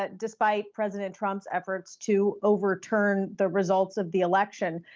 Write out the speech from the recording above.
ah despite president trump's efforts to overturn the results of the election.